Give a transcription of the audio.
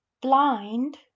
blind